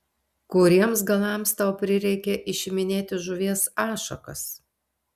kuriems galams tau prireikė išiminėti žuvies ašakas